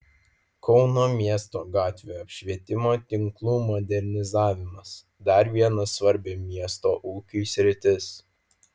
kauno miesto gatvių apšvietimo tinklų modernizavimas dar viena svarbi miesto ūkiui sritis